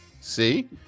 see